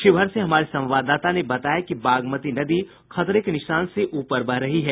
शिवहर से हमारे संवाददाता ने बताया कि बागमती नदी खतरे के निशान से ऊपर बह रही है